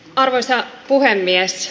arvoisa puhemies